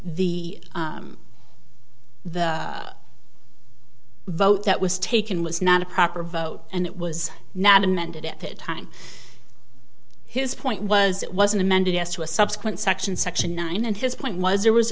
the vote that was taken was not a proper vote and it was not amended at that time his point was it was an amended yes to a subsequent section section nine and his point was there was